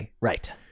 right